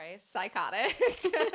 psychotic